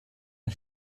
ein